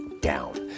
down